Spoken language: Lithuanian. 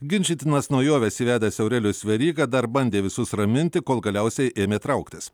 ginčytinas naujoves įvedęs aurelijus veryga dar bandė visus raminti kol galiausiai ėmė trauktis